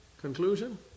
conclusion